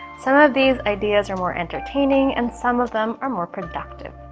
some of these ideas are more entertaining and some of them are more productive.